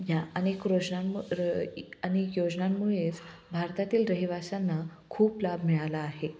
ह्या अनेक रोजनामु र अनेक योजनांमुळेच भारतातील रहिवासांना खूप लाभ मिळाला आहे